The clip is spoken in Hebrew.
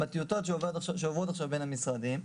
שעוברות עכשיו בין המשרדים,